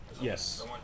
Yes